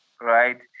right